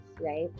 right